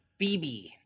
BB